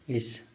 इस